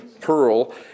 pearl